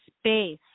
space